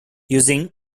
using